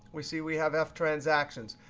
we see we have have ftransactions.